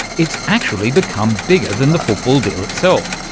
it's actually become bigger than the football deal itself.